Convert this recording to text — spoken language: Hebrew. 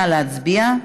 נא להצביע.